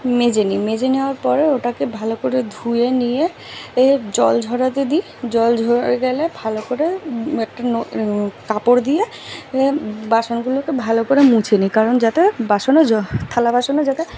মেজে নিই মেজে নেওয়ার পরে ওটাকে ভালো করে ধুয়ে নিয়ে এর জল ঝরাতে দিই জল ঝরে গেলে ভালো করে একটা কাপড় দিয়ে এ বাসনগুলোকে ভালো করে মুছে নিই কারণ যাতে বাসনে থালা বাসনে যাতে